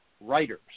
writers